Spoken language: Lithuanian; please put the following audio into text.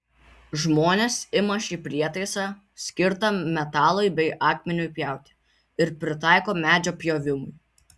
žmonės ima šį prietaisą skirtą metalui bei akmeniui pjauti ir pritaiko medžio pjovimui